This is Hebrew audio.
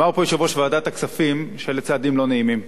אמר פה יושב-ראש ועדת הכספים שאלו צעדים לא נעימים.